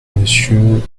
monsieur